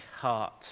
heart